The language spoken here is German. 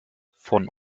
von